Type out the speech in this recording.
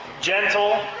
gentle